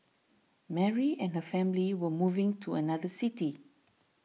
Mary and her family were moving to another city